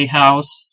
house